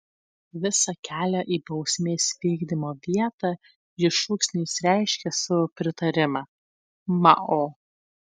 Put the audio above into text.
visą kelią į bausmės vykdymo vietą ji šūksniais reiškė savo pritarimą mao